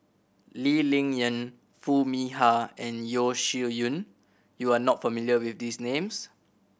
Lee Ling Yen Foo Mee Har and Yeo Shih Yun you are not familiar with these names